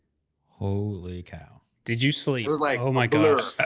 holy cow, did you sleep? like oh, my gosh.